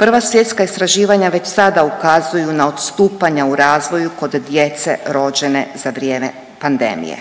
Prva svjetska istraživanja već sada ukazuju na odstupanja u razvoju kod djece rođene za vrijeme pandemije.